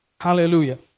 Hallelujah